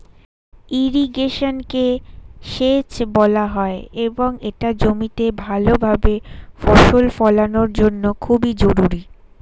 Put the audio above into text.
ইরিগেশনকে সেচ বলা হয় এবং এটা জমিতে ভালোভাবে ফসল ফলানোর জন্য খুবই জরুরি